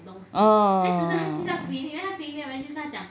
oh